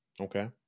okay